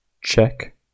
check